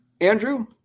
Andrew